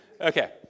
Okay